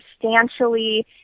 substantially